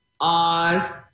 Oz